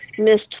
missed